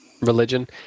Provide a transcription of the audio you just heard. religion